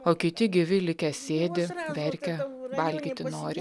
o kiti gyvi likę sėdi verkia valgyti nori